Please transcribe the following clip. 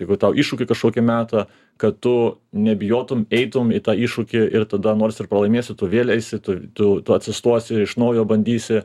jeigu tau iššūkį kažkokį meta kad tu nebijotum eitum į tą iššūkį ir tada nors ir pralaimėsi tu vėl eisi tu tu tu atsistosi iš naujo bandysi